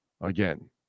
again